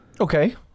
Okay